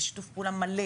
בשיתוף פעולה מלא